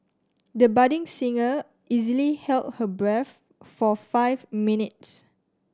the budding singer easily held her breath for five minutes